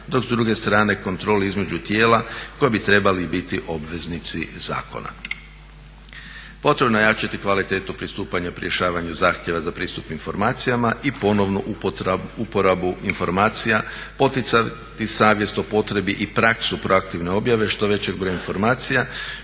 dok s druge strane kontrole između tijela koje bi trebali biti obveznici zakona. Potrebno je ojačati kvalitetu pristupanja pri rješavanju zahtjeva za pristup informacijama i ponovnu uporabu informacijama, poticati savjest o potrebi i praksu proaktivne objave što većeg broja informacija